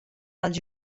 els